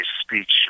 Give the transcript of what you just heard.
speech